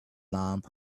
lamp